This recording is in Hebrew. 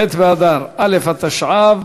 ח' באדר א' התשע"ו,